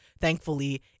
thankfully